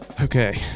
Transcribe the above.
Okay